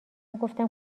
گفتم